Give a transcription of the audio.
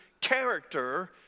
character